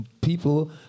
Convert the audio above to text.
people